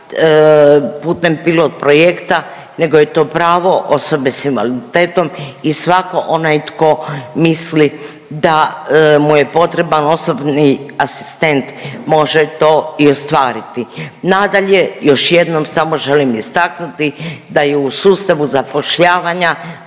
putem pilot projekta nego je to pravo osobe s invaliditetom i svatko onaj tko misli da mu je potreban osobni asistent može to i ostvariti. Nadalje, još jednom samo želim istaknuti da je i u sustavu zapošljavanja